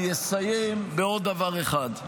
אני אסיים בעוד דבר אחד.